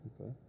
Okay